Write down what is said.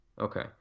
Okay